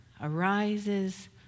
arises